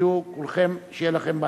שתהיו כולכם, שיהיה לכם בהצלחה.